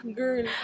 girl